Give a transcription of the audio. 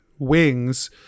Wings